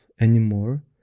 anymore